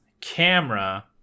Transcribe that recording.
camera